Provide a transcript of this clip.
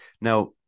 now